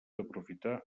aprofitar